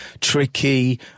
Tricky